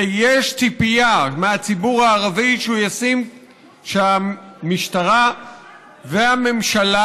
ויש ציפייה מהציבור הערבי שהמשטרה והממשלה